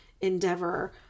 endeavor